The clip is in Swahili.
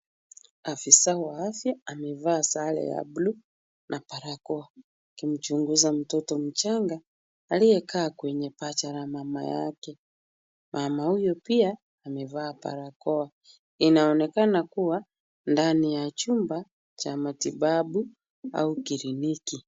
Afisa wa afya amevaa sare ya blue na barakoa, akimchunguza mtoto mchanga aliyekaa kwenye paja la mama yake. Mama huyo pia amevaa barakoa. Inaonekana kuwa ndani ya chumba cha matibabu au clinic .